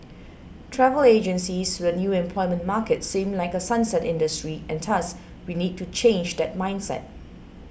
travel agencies to the new employment market seem like a sunset industry and thus we need to change that mindset